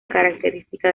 característica